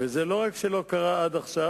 וזה לא רק שלא קרה עד עכשיו,